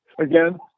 again